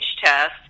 test